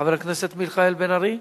חבר הכנסת מיכאל בן-ארי.